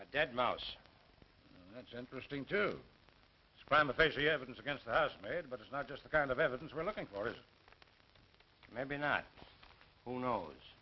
a dead mouse that's interesting to scram the face of the evidence against us made but it's not just the kind of evidence we're looking for maybe not who knows